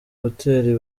hotel